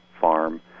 farm